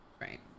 Right